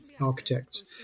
Architects